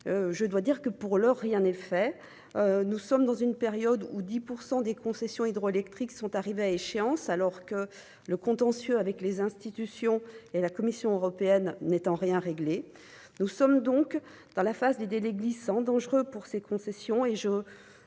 je dois dire que pour l'heure, rien n'est fait, nous sommes dans une période où 10 % des concessions hydroélectriques sont arrivés à échéance, alors que le contentieux avec les institutions et la Commission européenne n'est en rien réglé, nous sommes donc dans la phase des délais glissant, dangereux pour ses concessions et je